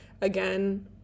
Again